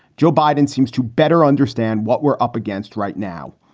joe biden seems to better understand what we're up against right now.